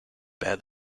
bear